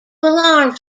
alarms